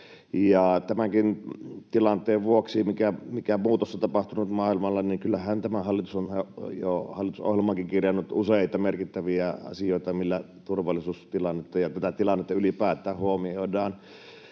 Tämänkin tilanteen vuoksi, mikä muutos on tapahtunut maailmalla, tämä hallitus on jo hallitusohjelmaankin kirjannut useita merkittäviä asioita, millä turvallisuustilannetta ja tätä tilannetta ylipäätään huomioidaan